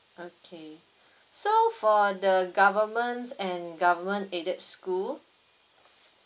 okay so for the government and government aided school